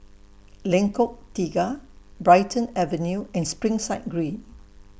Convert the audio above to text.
Lengkong Tiga Brighton Avenue and Springside Green